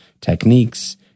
techniques